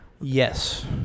Yes